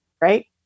right